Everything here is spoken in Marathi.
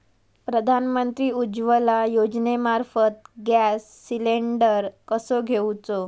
प्रधानमंत्री उज्वला योजनेमार्फत गॅस सिलिंडर कसो घेऊचो?